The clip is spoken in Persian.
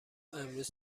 امروز